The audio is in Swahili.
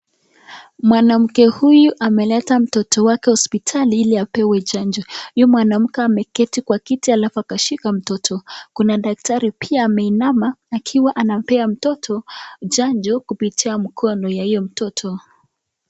Mwanamke huyu ameleta mtoto wake hospitali ili apewe chanjo, huyu mwanamke ameketi kwa kiti alafu akashika mtoto. Kuna daktari pia ameinama akiwa anapea mtoto chanjo kupitia mkono ya huyo mtoto.